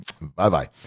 Bye-bye